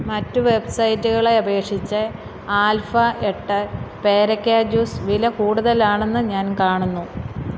മറ്റു വെബ്സൈറ്റുകളെ അപേഷിച്ച് ആൽഫ എട്ട് പേരക്ക ജ്യൂസ് വില കൂടുതലാണെന്ന് ഞാൻ കാണുന്നു